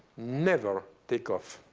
never take off.